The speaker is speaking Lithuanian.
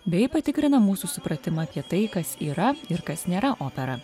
bei patikrina mūsų supratimą apie tai kas yra ir kas nėra opera